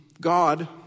God